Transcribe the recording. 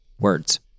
words